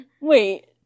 wait